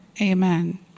Amen